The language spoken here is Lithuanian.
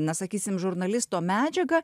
na sakysime žurnalisto medžiagą